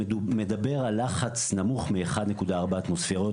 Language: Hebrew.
שמדבר על לחץ נמוך מ-1.4 אטמוספירות